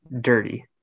dirty